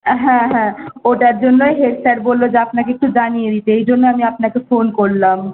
হ্যাঁ হ্যাঁ ওটার জন্যই হেড স্যার বললো যে আপনাকে একটু জানিয়ে দিতে এই জন্য আমি আপনাকে ফোন করলাম